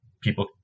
people